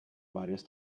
varios